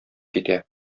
китә